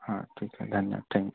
हा ठीक आहे धन्यवाद थँक्यू